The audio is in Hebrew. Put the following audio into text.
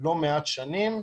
לא מעט שנים.